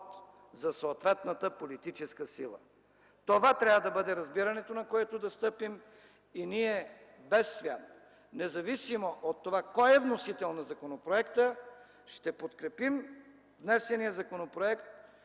за съответната политическа сила. Това трябва да бъде разбирането, на което да стъпим. Ние без свян, независимо от това кой е вносител на законопроекта, ще подкрепим внесения законопроект,